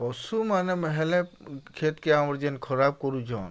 ପଶୁମାନେ ହେଲେ କ୍ଷେତ୍କେ ଆମର୍ ଯେନ୍ ଖରାପ୍ କରୁଛନ୍